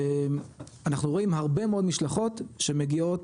ואנחנו רואים הרבה מאוד משלחות שמגיעות